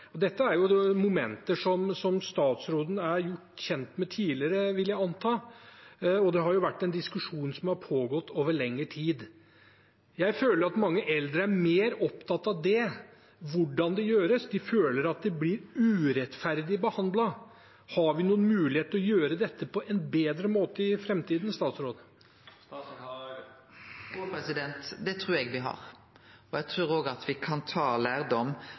Dette er momenter som statsråden er gjort kjent med tidligere, vil jeg anta, og det har vært en diskusjon som har pågått over lengre tid. Jeg føler at mange eldre er mer opptatt av det – av hvordan det gjøres. De føler at de blir urettferdig behandlet. Har vi noen mulighet til å gjøre dette på en bedre måte i framtiden? Det trur eg me har. Eg trur òg at me kan ta lærdom.